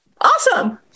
Awesome